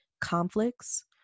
conflicts